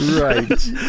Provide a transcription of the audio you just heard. right